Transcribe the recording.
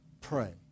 pray